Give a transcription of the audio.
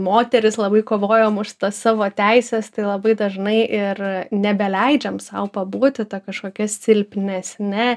moterys labai kovojom už savo teises tai labai dažnai ir nebeleidžiam sau pabūti ta kažkokia silpnesne